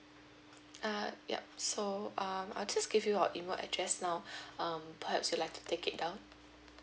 uh yup so um I'll just give our email address now um perhaps you'll like take it down